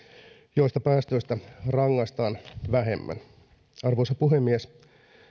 joissa päästöistä rangaistaan vähemmän arvoisa puhemies